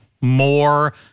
more